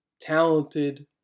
talented